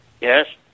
Yes